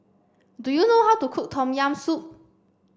do you know how to cook tom yam soup